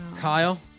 Kyle